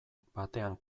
batean